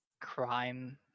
crime